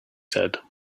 said